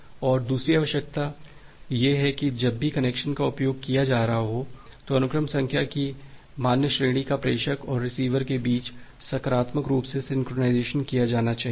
और दूसरी आवश्यकता यह है कि जब भी कनेक्शन का उपयोग किया जा रहा हो तो अनुक्रम संख्या की मान्य श्रेणी को प्रेषक और रिसीवर के बीच सकारात्मक रूप से सिंक्रनाइज़ किया जाना चाहिए